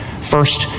First